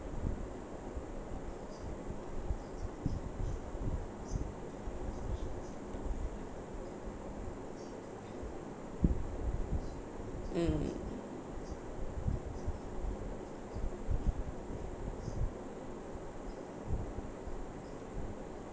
mm